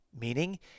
meaning